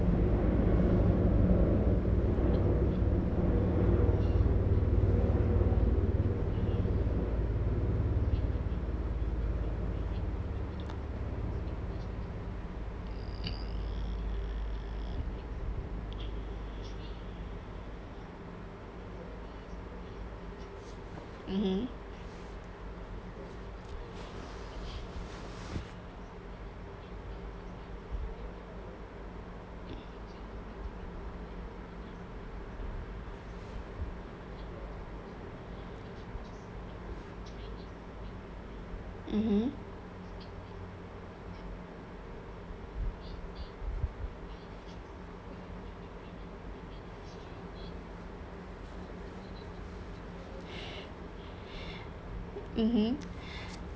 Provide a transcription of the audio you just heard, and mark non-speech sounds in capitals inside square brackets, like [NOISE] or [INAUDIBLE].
mmhmm mmhmm mmhmm [BREATH]